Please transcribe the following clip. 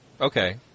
Okay